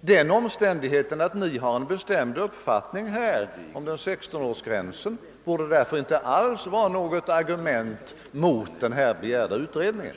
Den omständigheten, att ni har en bestämd uppfattning beträffande 16-årsgränsen, borde därför inte alls vara något argument mot den begärda utredningen.